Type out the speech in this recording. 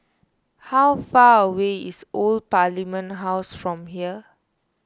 how far away is Old Parliament House from here